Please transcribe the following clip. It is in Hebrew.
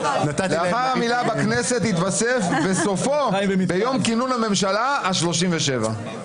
לאחר המילה "בכנסת" יתווסף "וסופו ביום כינון הממשלה השלושים-ושבע".